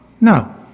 No